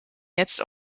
jetzt